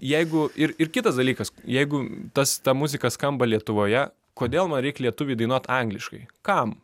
jeigu ir ir kitas dalykas jeigu tas ta muzika skamba lietuvoje kodėl ma reik lietuviui dainuot angliškai kam